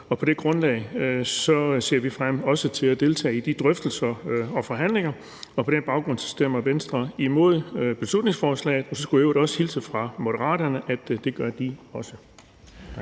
På det grundlag ser vi frem til også at deltage i de drøftelser og forhandlinger. På den baggrund stemmer Venstre imod beslutningsforslaget, og så skulle jeg i øvrigt hilse fra Moderaterne og sige, at det gør de også.